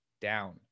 down